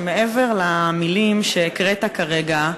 שמעבר למילים שהקראת כרגע,